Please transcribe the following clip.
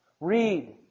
read